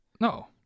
no